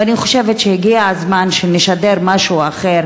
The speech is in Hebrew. ואני חושבת שהגיע הזמן שנשדר משהו אחר